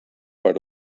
per